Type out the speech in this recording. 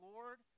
Lord